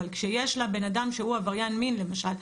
אבל כשיש לבן אדם שהוא עבריין מין למשל,